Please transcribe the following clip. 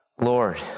Lord